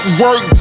work